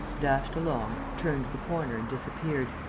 dashed along, turned the corner and disappeared,